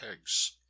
eggs